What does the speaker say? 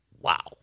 Wow